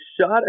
shot